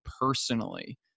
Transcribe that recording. personally